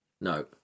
no